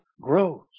grows